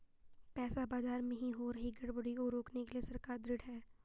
पैसा बाजार में हो रही गड़बड़ी को रोकने के लिए सरकार ढृढ़ है